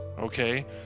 okay